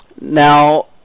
Now